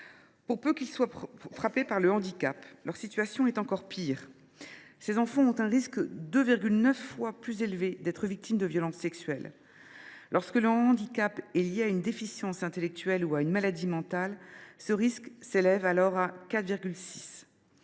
Pour peu qu’ils soient frappés par un handicap, c’est encore pire : ils ont alors un risque 2,9 fois plus élevé d’être victimes de violences sexuelles. Lorsque leur handicap est lié à une déficience intellectuelle ou à une maladie mentale, le risque est 4,6